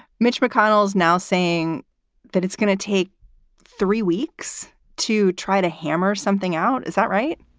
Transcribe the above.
mitch mcconnell is now saying that it's going to take three weeks to try to hammer something out. is that right?